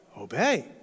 Obey